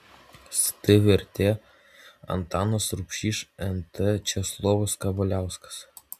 st vertė antanas rubšys nt česlovas kavaliauskas